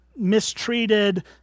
mistreated